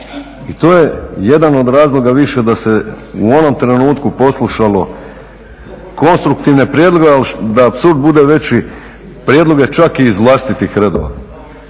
i to je jedan od razloga više da se u onom trenutku poslušalo konstruktivne prijedloge, ali da apsurd bude veći prijedloge ček i iz vlastitih redova.